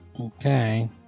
Okay